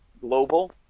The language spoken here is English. global